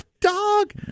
dog